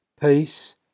peace